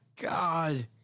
God